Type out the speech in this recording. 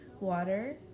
water